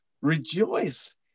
Rejoice